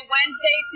Wednesday